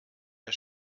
der